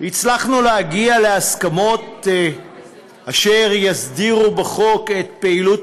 הצלחנו להגיע להסכמות אשר יסדירו בחוק את פעילות